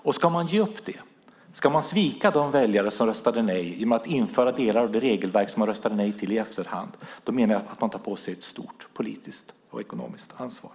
Om man ska ge upp detta och svika de väljare som röstade nej genom att införa delar av det regelverk de röstade nej till i efterhand menar jag att man tar på sig ett stort politiskt och ekonomiskt ansvar.